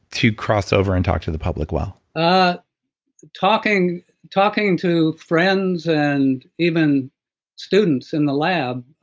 to crossover and talk to the public well? ah talking talking to friends, and even students in the lab,